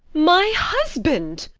my husband!